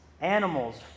animals